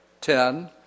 Ten